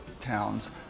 towns